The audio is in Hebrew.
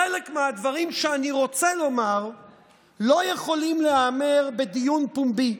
חלק מהדברים שאני רוצה לומר לא יכולים להיאמר בדיון פומבי,